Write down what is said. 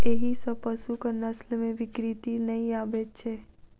एहि सॅ पशुक नस्ल मे विकृति नै आबैत छै